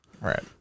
right